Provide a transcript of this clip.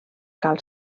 cal